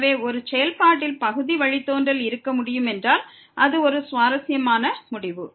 எனவே ஒரு செயல்பாட்டில் பகுதி வழித்தோன்றல் இருக்க முடியும் என்றால் அது ஒரு சுவாரஸ்யமான முடிவு